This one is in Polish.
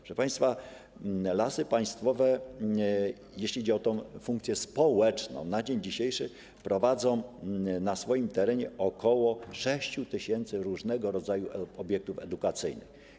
Proszę państwa, Lasy Państwowe, jeśli chodzi o funkcję społeczną, na dzień dzisiejszy prowadzą na swoim terenie ok. 6 tys. różnego rodzaju obiektów edukacyjnych.